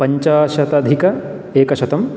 पञ्चाशतधिक एकशतं